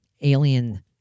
alien